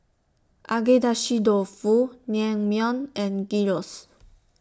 Agedashi Dofu Naengmyeon and Gyros